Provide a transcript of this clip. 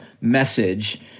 message